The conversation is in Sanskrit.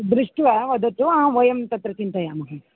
दृष्ट्वा वदतु वयं तत्र चिन्तयामः